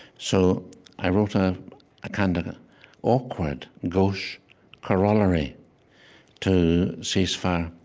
so i wrote ah a kind of awkward, gauche corollary to ceasefire.